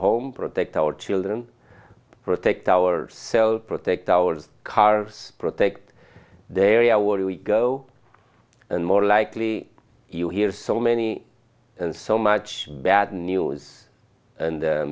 home protect our children protect our selves protect our cars protect their area where we go and more likely you hear so many and so much bad news and